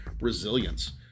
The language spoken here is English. Resilience